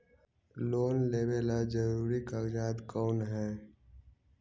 Loan लेब ला जरूरी कागजात कोन है?